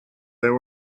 there